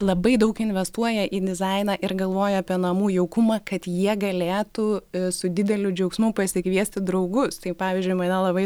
labai daug investuoja į dizainą ir galvoja apie namų jaukumą kad jie galėtų su dideliu džiaugsmu pasikviesti draugus tai pavyzdžiui mane labai